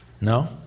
No